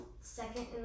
second